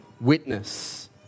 witness